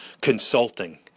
Consulting